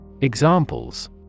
Examples